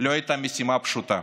לא היה משימה פשוטה.